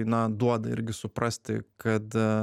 na duoda irgi suprasti kad